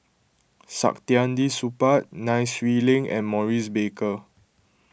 Saktiandi Supaat Nai Swee Leng and Maurice Baker